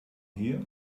here